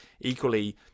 equally